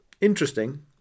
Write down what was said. interesting